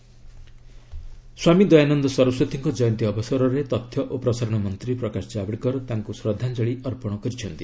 ଦୟାନନ୍ଦ ସରସ୍ୱତୀ ସ୍ୱାମୀ ଦୟାନନ୍ଦ ସରସ୍ୱତୀଙ୍କ ଜୟନ୍ତୀ ଅବସରରେ ତଥ୍ୟ ଓ ପ୍ରସାରଣ ମନ୍ତ୍ରୀ ପ୍ରକାଶ ଜାଭେଡକର ତାଙ୍କୁ ଶ୍ରଦ୍ଧାଞ୍ଜଳି ଅର୍ପଣ କରିଛନ୍ତି